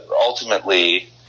ultimately